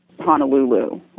Honolulu